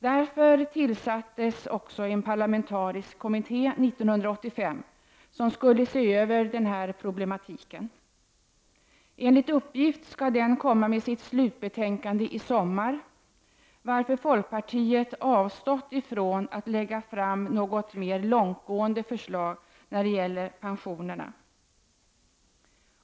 Därför tillsattes också 1985 en parlamentarisk kommitté som skulle se över dessa problem. Enligt uppgift skall den komma med sitt slutbetänkande i sommar, varför folkpartiet avstått från att lägga fram något mer långtgående förslag när det gäller pensionerna.